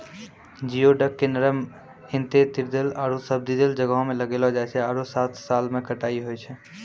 geoduck के नरम intertidal आरो सब्तिदल जग्हो में लगैलो जाय छै आरो सात साल में कटाई होय छै